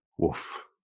Woof